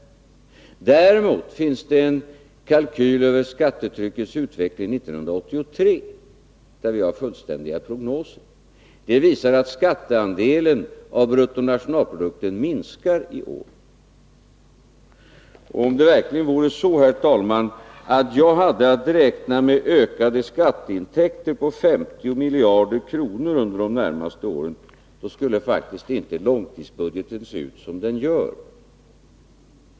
Däremot finns en kalkyl över skattetryckets utveckling 1983, där vi har fullständiga prognoser. Den visar att skatteandelen av bruttonationalprodukten minskar i år. Om det verkligen vore så, herr talman, att jag hade att räkna med ökade skatteintäkter på 50 miljarder kronor under de närmaste åren, skulle faktiskt inte långtidsbudgeten se ut som den gör.